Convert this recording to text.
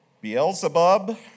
Beelzebub